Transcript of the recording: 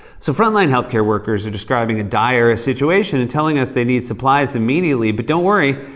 so front line health care workers are describing a dire situation and telling us they need supplies immediately. but don't worry,